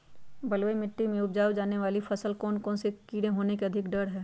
बलुई मिट्टी में उपजाय जाने वाली फसल में कौन कौन से कीड़े होने के अधिक डर हैं?